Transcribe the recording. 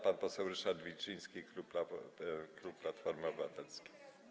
Pan poseł Ryszard Wilczyński, klub Platformy Obywatelskiej.